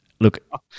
Look